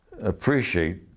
appreciate